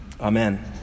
Amen